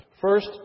First